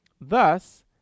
thus